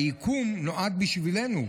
היקום נועד בשבילנו.